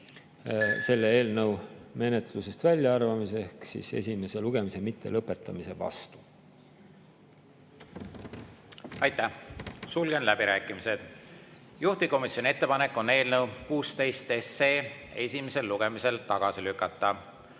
selle eelnõu menetlusest väljaarvamise ehk esimese lugemise mittelõpetamise vastu. Aitäh! Sulgen läbirääkimised. Juhtivkomisjoni ettepanek on eelnõu 16 esimesel lugemisel tagasi lükata.